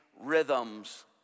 rhythms